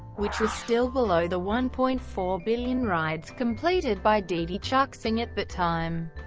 which was still below the one point four billion rides completed by didi chuxing at that time.